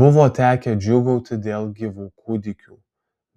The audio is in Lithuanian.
buvo tekę džiūgauti dėl gyvų kūdikių